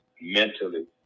mentally